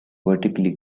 vertically